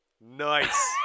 Nice